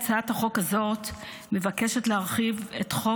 הצעת החוק הזאת מבקשת להרחיב את חוק